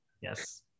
Yes